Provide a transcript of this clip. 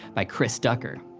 by chris ducker.